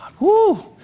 Woo